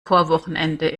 chorwochenende